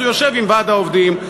אז הוא יושב עם ועד העובדים,